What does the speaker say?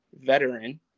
veteran